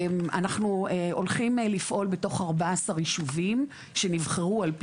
אנחנו הולכים לפעול בתוך 14 יישובים שנבחרו על-פי